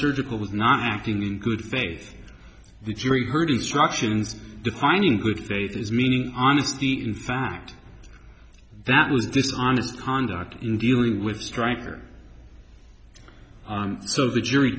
surgical was not acting in good faith the jury heard instructions declining good faith is meaning honesty in fact that was dishonest conduct in dealing with stryker so the jury